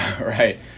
right